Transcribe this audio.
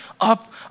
up